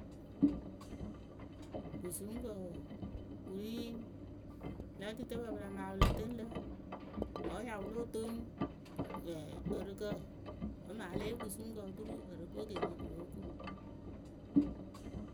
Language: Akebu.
Kɨsuŋkǝ wǝǝ wɨ ri lǝh ǝtɨtǝpǝ pɨ la maa pɨ lǝ tɨŋ lǝ wǝ́ wɨ ya wɨ lóo toŋ ǝrɨkǝ wǝ́ maa lée yee kɨsuŋkǝ oturu ǝrɨkǝ we kɨ re kɨ lóo ko.